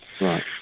Right